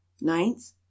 Ninth